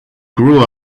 grew